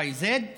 y, z.